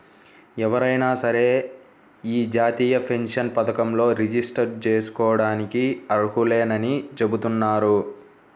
ఎవరైనా సరే యీ జాతీయ పెన్షన్ పథకంలో రిజిస్టర్ జేసుకోడానికి అర్హులేనని చెబుతున్నారు